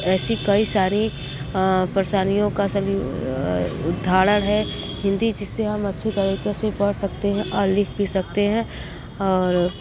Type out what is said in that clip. ऐसी कई सारी परेशानियों का सभी उदाहरण है हिंदी जिसे हम अच्छे तरीके से पढ़ सकते हैं और लिख भी सकते हैं और